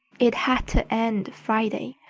it had to end friday,